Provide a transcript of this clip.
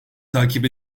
takip